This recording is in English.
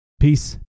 Peace